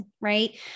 right